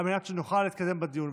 על מנת שנוכל להתקדם בדיון.